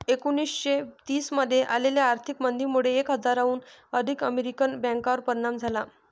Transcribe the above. एकोणीसशे तीस मध्ये आलेल्या आर्थिक मंदीमुळे एक हजाराहून अधिक अमेरिकन बँकांवर परिणाम झाला